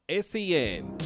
SEN